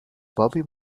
bobby